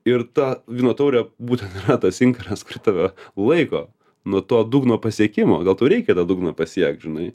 ir ta vyno taurė būtent tas inkaras kuri tave laiko nuo to dugno pasiekimo dėl to reikia tą dugną pasiekt žinai